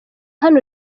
hano